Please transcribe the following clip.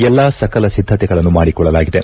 ಎಲ್ಲಾ ಸಕಲ ಸಿದ್ದತೆಗಳನ್ನು ಮಾಡಿಕೊಳ್ಳಲಾಗಿದೆ